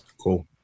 cool